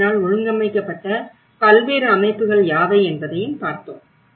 நாவினால் ஒழுங்கமைக்கப்பட்ட பல்வேறு அமைப்புகள் யாவை என்பதையும் பார்த்தோம்